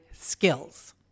Skills